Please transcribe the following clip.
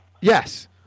Yes